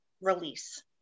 release